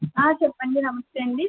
చెప్పండి నమస్తే అండి